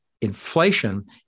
inflation